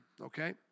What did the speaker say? okay